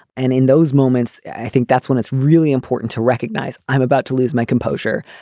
and in those moments, i think that's when it's really important to recognize i'm about to lose my composure.